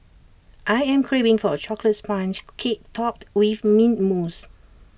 I am craving for A Chocolate Sponge Cake Topped with Mint Mousse